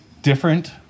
different